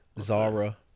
Zara